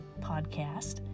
podcast